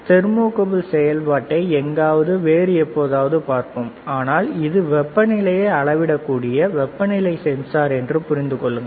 எனவே தெர்மோகப்பிளின் செயல்பாட்டை எங்காவது வேறு எப்போதாவது பார்ப்போம் ஆனால் இது வெப்பநிலையை அளவிடக்கூடிய வெப்பநிலை சென்சார் என்று புரிந்து கொள்ளுங்கள்